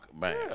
man